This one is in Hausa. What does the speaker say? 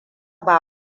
ba